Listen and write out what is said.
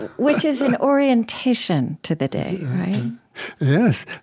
which is an orientation to the day yes,